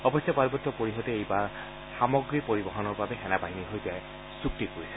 অৱশ্যে পাৰ্বত্য পৰিষদে এইবাৰ সা সামগ্ৰীৰ পৰিবহণৰ বাবে সেনা বাহিনীৰ সৈতে চুক্তি কৰিছে